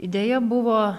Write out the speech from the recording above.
idėja buvo